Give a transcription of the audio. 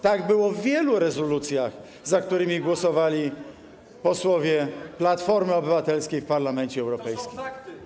Tak było w wielu rezolucjach, za którymi głosowali posłowie Platformy Obywatelskiej w Parlamencie Europejskim.